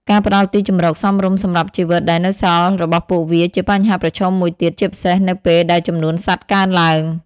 ការផ្តល់ទីជម្រកសមរម្យសម្រាប់ជីវិតដែលនៅសល់របស់ពួកវាជាបញ្ហាប្រឈមមួយទៀត ជាពិសេសនៅពេលដែលចំនួនសត្វកើនឡើង។